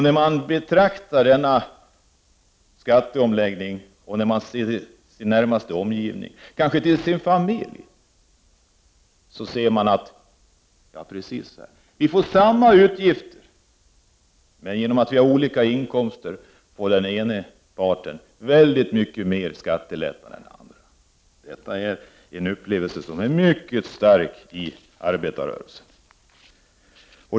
När man betraktar denna skatteomläggning och ser till sin närmsta omgivning, kanske till sin familj, så ser man att man får samma utgifter men genom att man har olika inkomster får den ena parten väldigt mycket större skattelättnad än den andra. Detta är en upplevelse som är mycket stark inom arbetarrörelsen.